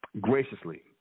graciously